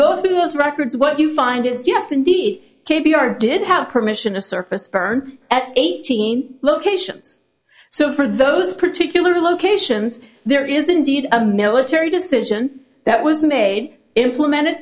go through those records what you find is yes indeed k b r did have permission to surface burn at eighteen locations so for those particular locations there is indeed a military decision that was made implemented